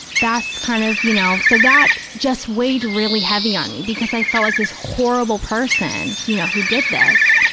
that's kind of, you know, so that just weighed really heavy on me, because i felt like this horrible person, you know, who did this,